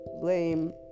blame